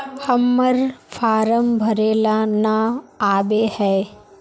हम्मर फारम भरे ला न आबेहय?